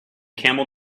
camel